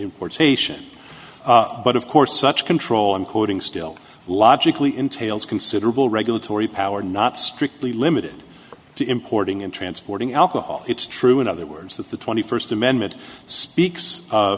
importation but of course such control including still logically entails considerable regulatory power not strictly limited to importing and transporting alcohol it's true in other words that the twenty first amendment speaks